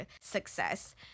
success